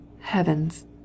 Heavens